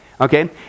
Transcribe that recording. Okay